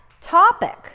topic